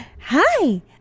hi